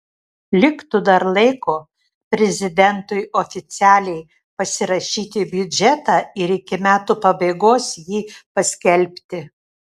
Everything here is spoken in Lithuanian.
liktų dar laiko prezidentui oficialiai pasirašyti biudžetą ir iki metų pabaigos jį paskelbti